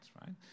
right